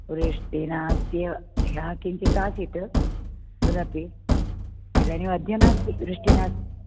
वृष्टिः नास्ति एव ह्यः किञ्चित् आसीत् तदपि इदानीम् अद्य नास्ति वृष्टिः नास्ति